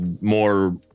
more